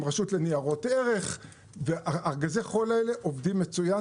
עם רשות לניירות ערך וארגזי החול האלה עובדים מצוין,